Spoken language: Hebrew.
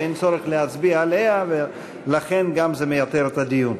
שאין צורך להצביע עליה ולכן גם זה מייתר את הדיון.